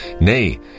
Nay